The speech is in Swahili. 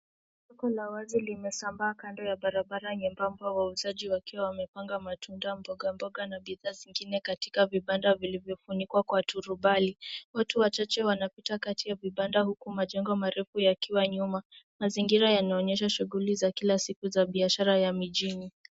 Soko la wazi limesambaa kando ya barabara nyembamba wauzaji wakiwa wamepanga matunda, mboga mboga na bidhaa zingine katika vibanda vilivyofunikwa kwa turubai. Watu wachache wanapita kati ya vibanda huku majengo marefu yakiwa nyuma. Mazingira yanaonyesha shughuli za kila siku za biashara ya mijini.